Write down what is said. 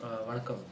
err வணக்கம்:vanakkam